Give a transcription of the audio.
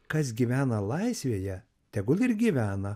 kas gyvena laisvėje tegul ir gyvena